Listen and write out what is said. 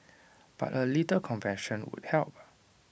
but A little compassion would help